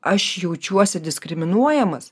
aš jaučiuosi diskriminuojamas